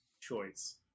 choice